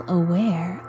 aware